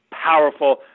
powerful